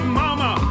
mama